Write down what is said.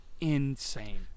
insane